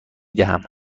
دهم